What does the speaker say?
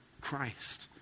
Christ